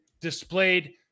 displayed